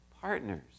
partners